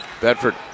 Bedford